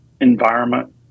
environment